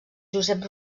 josep